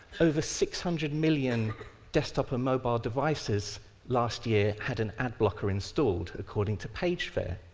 over six hundred million desktop and mobile devices last year had an ad blocker installed according to pagefair,